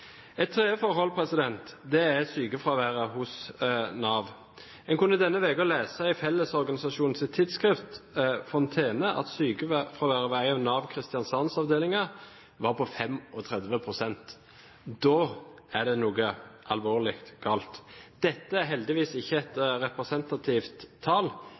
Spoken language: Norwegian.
er sykefraværet hos Nav. Man kunne denne uken lese i Fellesorganisasjons tidsskrift, Fontene, at sykefraværet ved én av avdelingene til Nav Kristiansand var på 35 pst. Da er det noe alvorlig galt. Dette er heldigvis ikke et representativt tall,